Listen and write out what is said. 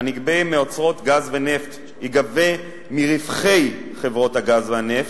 הנגבה מאוצרות גז ונפט ייגבה מרווחי חברות הגז והנפט,